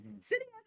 Sitting